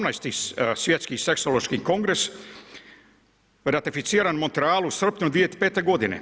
17. svjetski seksološki kongres ratificiran u Montrealu, u srpnju 2005. godine.